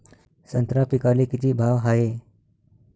संत्रा पिकाले किती भाव हाये?